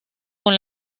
con